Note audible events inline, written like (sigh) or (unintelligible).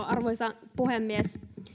(unintelligible) arvoisa puhemies